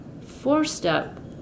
Four-step